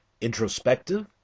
introspective